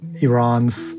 Iran's